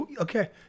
Okay